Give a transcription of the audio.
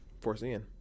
foreseeing